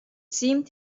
seemed